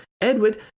Edward